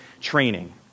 training